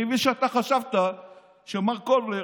אני מבין שאתה חשבת שמר קולבר,